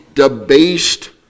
debased